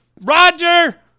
roger